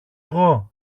εγώ